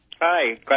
Hi